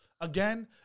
again